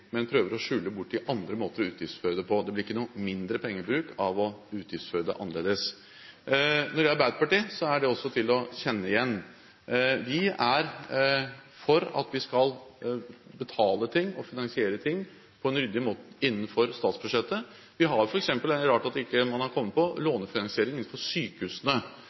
men prøver å skjule det i andre måter å utgiftsføre det på. Det blir ikke noe mindre pengebruk av å utgiftsføre det annerledes. Når det gjelder Arbeiderpartiet, er det til å kjenne igjen. Vi er for at vi skal betale ting og finansiere ting på en ryddig måte innenfor statsbudsjettet. Vi har f.eks. – det er det rart at man ikke har kommet på – lånefinansiering innenfor sykehusene,